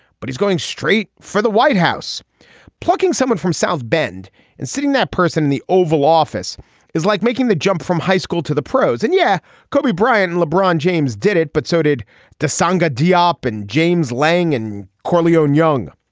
but he's going straight for the white house plucking someone from south bend and sitting that person in the oval office is like making the jump from high school to the pros and yeah kobe bryant and lebron james did it but so did tsonga diop and james lang and corleone young.